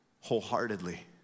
wholeheartedly